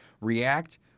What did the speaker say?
react